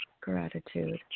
gratitude